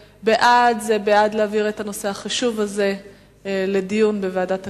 בעד זה בעד להעביר את הנושא החשוב הזה לדיון בוועדת הכספים,